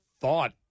thought